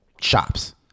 shops